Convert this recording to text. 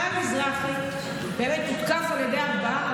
חיים מזרחי הותקף על ידי ארבעה,